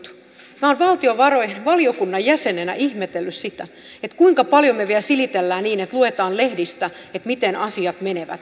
minä olen valtiovarainvaliokunnan jäsenenä ihmetellyt sitä kuinka paljon me vielä silittelemme tätä niin että luetaan lehdistä miten asiat menevät